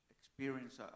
experience